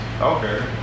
Okay